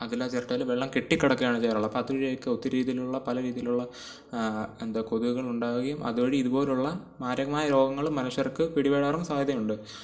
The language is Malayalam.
അതിലെ ചിരട്ടയിൽ വെള്ളം കെട്ടിക്കിടക്കേണ് ചെയ്യാറുള്ളത് അപ്പോൾ അതുവഴി ഒത്തിരി രീതിലുള്ള പലരീതിയിലുള്ള എന്താ കൊതുകുകള് ഉണ്ടാകുകയും അതുവഴി ഇതുപോലെയുള്ള മാരകമായ രോഗങ്ങളും മനുഷ്യർക്ക് പിടിപെടാറും സാദ്ധ്യതയുമുണ്ട്